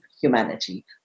humanity